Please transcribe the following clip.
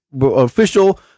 official